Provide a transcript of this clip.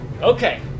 Okay